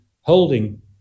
holding